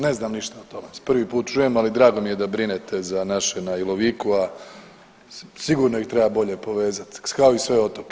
Ne znam ništa o tome, prvi put čujem, ali drago mi je da brinete za naše na Iloviku, a sigurno ih treba bolje povezati kao i sve otoke.